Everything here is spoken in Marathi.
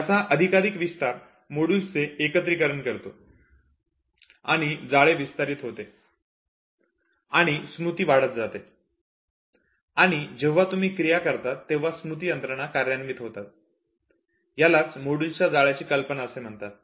याचा अधिकाधिक विस्तार मॉड्यूलचे एकत्रीकरण करतो आणि जाळे विस्तारित होते आणि स्मृती वाढत जाते आणि जेव्हा तुम्ही क्रिया करतात तेव्हा स्मृती यंत्रणा क्रियान्वित होते यालाच मॉड्यूल्सच्या जाळ्याची कल्पना असे म्हणतात